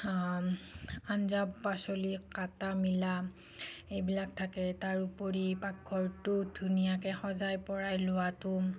আঞ্জা পাচলি কটা মেলা এইবিলাক থাকে তাৰ উপৰি পাকঘৰটো ধুনীয়াকৈ সজাই পৰাই লোৱাটো